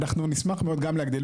אנחנו נשמח מאוד גם להגדיל,